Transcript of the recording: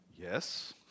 Yes